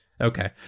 okay